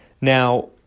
Now